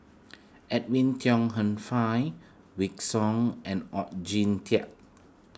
Edwin Tong Hen Fai Wykidd Song and Oon Jin Teik